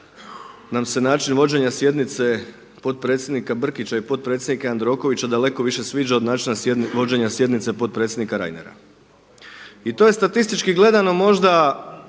nam se način vođenja sjednice potpredsjednika Brkića i potpredsjednika Jandrokovića daleko više sviđa od načina vođenja sjednice potpredsjednika Reinera. I to je statistički gledano možda